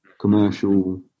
commercial